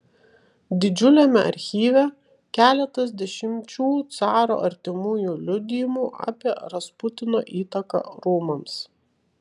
didžiuliame archyve keletas dešimčių caro artimųjų liudijimų apie rasputino įtaką rūmams